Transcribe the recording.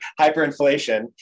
hyperinflation